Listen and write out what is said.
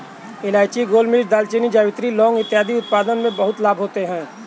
इलायची, गोलमिर्च, दालचीनी, जावित्री, लौंग इत्यादि के उत्पादन से बहुत लाभ होता है